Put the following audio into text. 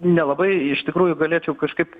nelabai iš tikrųjų galėčiau kažkaip